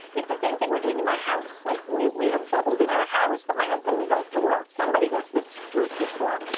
it's the same thing we're doing in my house, like we are bubbled in our house. but my husband goes to work. somebody goes to this grocery store.